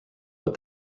but